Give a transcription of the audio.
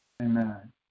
Amen